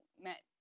met